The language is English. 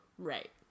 right